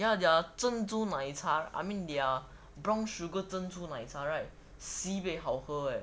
ya their 珍珠奶茶 I mean their brown sugar 珍珠奶茶 right sibeh 好喝 eh